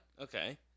Okay